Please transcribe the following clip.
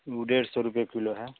वह डेढ़ सौ रुपये किलो है